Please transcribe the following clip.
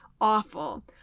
Awful